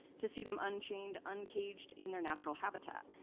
to see them unchained, uncaged, in their natural habitat.